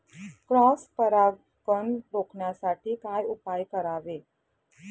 Cross परागकण रोखण्यासाठी काय उपाय करावे?